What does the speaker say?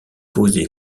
posé